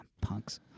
Punks